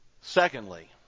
Secondly